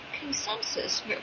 consensus